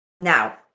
Now